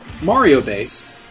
Mario-based